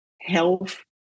health